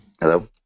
Hello